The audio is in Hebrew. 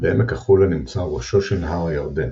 בעמק החולה נמצא ראשו של נהר הירדן,